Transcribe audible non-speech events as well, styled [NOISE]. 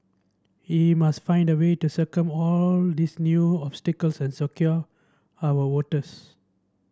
we must find a way to [UNINTELLIGIBLE] all these new obstacles and secure our waters